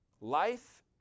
Life